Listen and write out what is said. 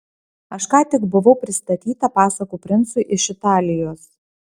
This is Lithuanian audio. aš ką tik buvau pristatyta pasakų princui iš italijos